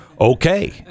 Okay